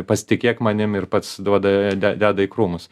pasitikėk manim ir pats duoda deda į krūmus